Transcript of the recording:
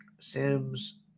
sims